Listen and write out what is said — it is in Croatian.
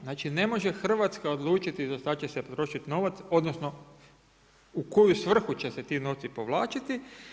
Znači ne može Hrvatska odlučiti za šta će se trošiti novac, odnosno u koju svrhu će se ti novci povlačiti.